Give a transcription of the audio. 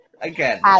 again